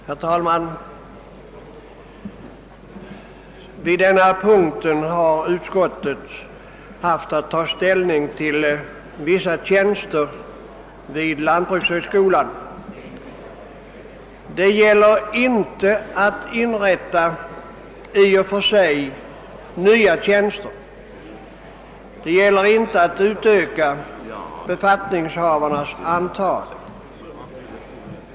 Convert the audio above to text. Herr talman! Vid denna punkt har utskottet haft att ta ställning till vissa tjänster vid lantbrukshögskolan. Det gäller inte att inrätta i och för sig nya tjänster. Det är inte fråga om att öka ut antalet befattningshavare.